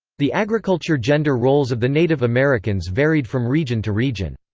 the agriculture gender roles of the native americans varied from region to region.